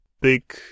big